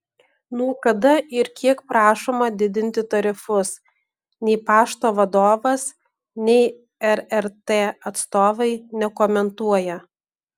nuo kada ir kiek prašoma didinti tarifus nei pašto vadovas nei rrt atstovai nekomentuoja